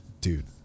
Dude